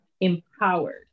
empowered